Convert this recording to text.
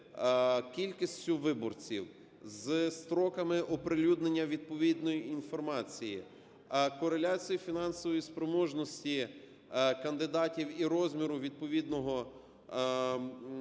кількістю виборців, з строками оприлюднення відповідної інформації, кореляції фінансової спроможності кандидатів і розміру відповідного виборчого